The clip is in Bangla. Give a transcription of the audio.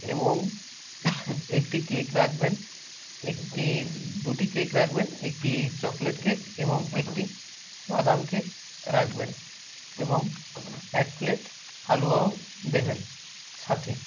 এবং একটি কেক রাখবেন একটি দুটি কেক রাখবেন একটি চকলেট কেক এবং একটি বাদাম কেক রাখবেন এবং এক প্লেট হালুয়াও দেবেন সাথে